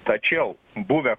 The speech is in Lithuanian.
tačiau buvę